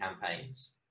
campaigns